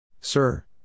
Sir